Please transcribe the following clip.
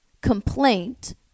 complaint